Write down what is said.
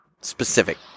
specific